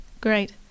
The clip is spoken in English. Great